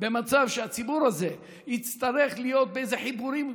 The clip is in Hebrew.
שהציבור הזה יצטרך להיות באיזה חיבורים,